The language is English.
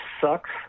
sucks